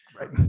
Right